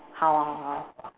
how how how